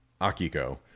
Akiko